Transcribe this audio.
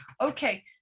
Okay